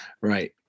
Right